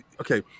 okay